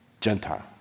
Gentile